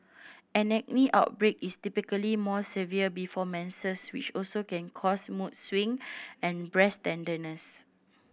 an acne outbreak is typically more severe before menses which can also cause mood swing and breast tenderness